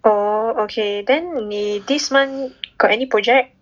oh okay then 你 this month got any project